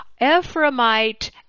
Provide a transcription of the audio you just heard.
Ephraimite